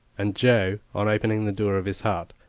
and joe, on opening the door of his hut,